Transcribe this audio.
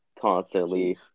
constantly